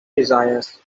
desires